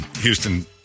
Houston